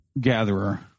Gatherer